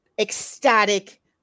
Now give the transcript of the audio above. ecstatic